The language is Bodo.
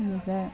बिनिफ्राय